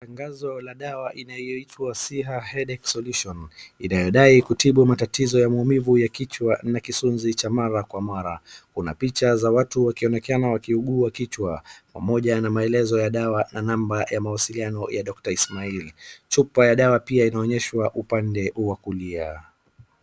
Tangazo la dawa inayoitwa Siha Headache Solution inayodai kutibu matatizo ya maumivu ya kichwa na kisunzi cha mara kwa mara. Kuna picha za watu wakionekana wakiugua kichwa, pamoja na maelezo ya dawa na namba ya mawasiliano ya Doctor Ismail. Chupa ya dawa pia inaonyeshwa upande wa kulia.